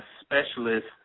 specialist